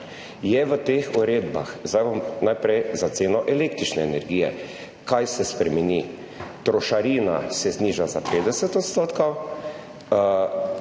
je v teh uredbah, zdaj bom naprej [povedal] za ceno električne energije, kaj se spremeni. Trošarina se zniža za 50 %,